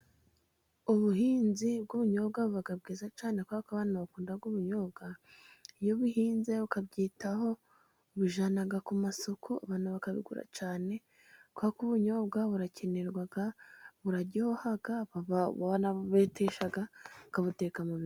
Ubuhinzi bw'ubunyobwa buba bwiza cyane, kubera ko abantu bakunda ubunyobwa, iyo ubuhinze ukabyitaho ubujyana ku masoko, abantu bakabugura cyane, kubera ko ubunyobwa burakenerwa, buraryoha, banabubetesha ukabuteka mu biryo.